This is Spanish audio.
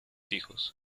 hijos